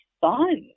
fun